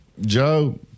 Joe